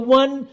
one